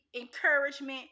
encouragement